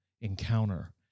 encounter